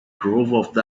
grove